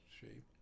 shape